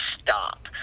stop